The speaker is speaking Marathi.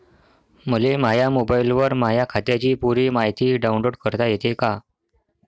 मले माह्या मोबाईलवर माह्या खात्याची पुरी मायती डाऊनलोड करता येते का?